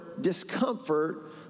discomfort